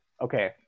okay